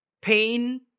pain